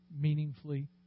meaningfully